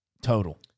Total